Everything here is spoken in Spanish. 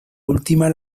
última